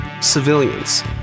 Civilians